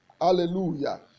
Hallelujah